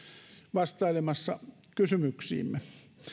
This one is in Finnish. vastailemassa kysymyksiimme